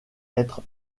être